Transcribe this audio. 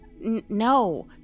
No